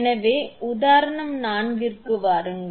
எனவே உதாரணம் நான்குக்கு வாருங்கள்